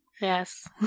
Yes